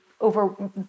over